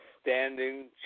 standing